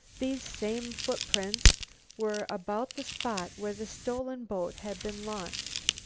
these same footprints were about the spot where the stolen boat had been launched.